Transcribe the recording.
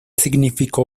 significó